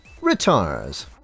retires